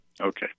Okay